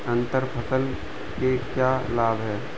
अंतर फसल के क्या लाभ हैं?